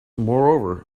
moreover